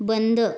बंद